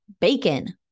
bacon